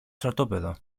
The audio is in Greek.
στρατόπεδο